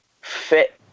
fit